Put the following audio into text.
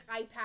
iPad